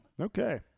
Okay